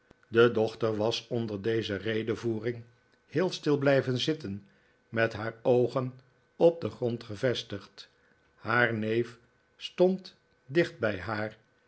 e dochter was onder deze redevoering heel stil blijven zitten met haar oogen op den grond gevestigd haar neef stond dicht bij haar